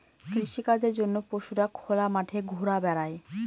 কৃষিকাজের জন্য পশুরা খোলা মাঠে ঘুরা বেড়ায়